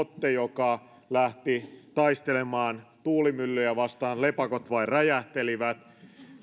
quijote joka lähti taistelemaan tuulimyllyjä vastaan lepakot vain räjähtelivät